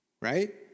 Right